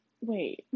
Wait